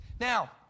Now